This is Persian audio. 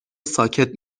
ساکت